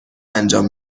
انجام